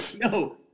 No